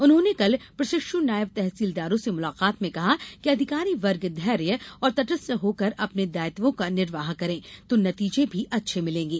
उन्होंने कल प्रशिक्ष् नायब तहसीलदारों से मुलाकात में कहा कि अधिकारी वर्ग धेर्य और तटस्ट होकरअपने दायित्वों का निर्वाह करें तो नतीजे भी अच्छे मिलेंगे